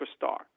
superstar